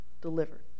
delivered